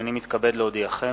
הנני מתכבד להודיעכם,